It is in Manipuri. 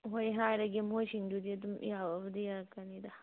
ꯍꯣꯏ ꯍꯥꯏꯔꯒꯦ ꯃꯈꯣꯏꯁꯤꯡꯗꯨꯗꯤ ꯑꯗꯨꯝ ꯌꯥꯕꯕꯨꯗꯤ ꯌꯥꯔꯛꯀꯅꯤꯗ